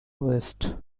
west